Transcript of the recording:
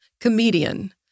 comedian